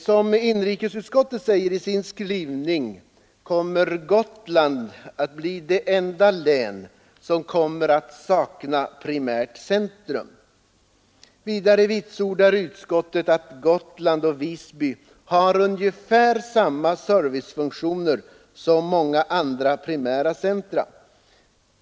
Som inrikesutskottet säger i sin skrivning blir Gotland det enda län som kommer att sakna primärt centrum. Vidare vitsordar utskottet att Gotland och Visby har ungefär samma servicefunktioner som många andra primära centra.